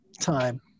time